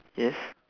yes